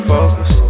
Focus